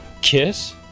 Kiss